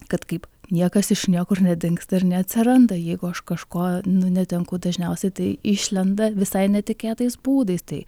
kad kaip niekas iš niekur nedingsta ir neatsiranda jeigu aš kažko nu netenku dažniausiai tai išlenda visai netikėtais būdais tai